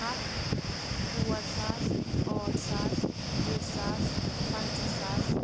ہَتھ ژور ساس ٲٹھ ساس وُہ ساس پَنٛژاہ ساس